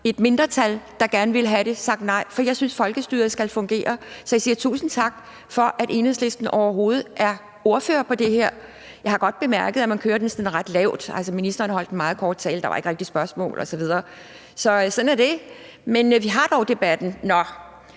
et mindretal, der gerne ville have det, sagt nej, for jeg synes, at folkestyret skal fungere. Så jeg siger tusind tak for, at Enhedslisten overhovedet er her med en ordfører for det her. Jeg har godt bemærket, at man kører det sådan på et ret lavt niveau. Altså, ministeren holdt en meget kort tale, og der var ikke rigtig spørgsmål osv. Sådan er det. Men vi har dog debatten.